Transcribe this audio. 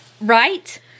Right